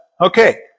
Okay